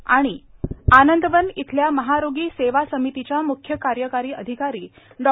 आणि आनंदवन इथल्या महारोगी सेवा समितीच्या म्ख्य कार्यकारी अधिकारी डॉ